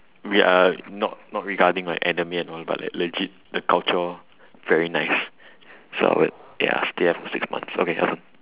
oh ya not regarding the anime and all but like legit the culture very nice so I would ya stay up to six months okay your turn